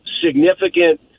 significant